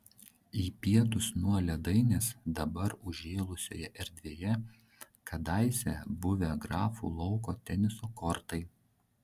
į pietus nuo ledainės dabar užžėlusioje erdvėje kadaise buvę grafų lauko teniso kortai